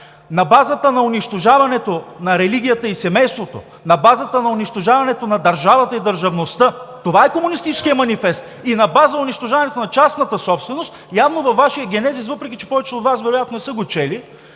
на базата на унищожаването на религията и семейството, на базата на унищожаването на държавата и държавността – това е Комунистическият манифест, на база унищожаването на частната собственост. Явно е във Вашия генезис, въпреки че вероятно повечето от Вас не са го чели,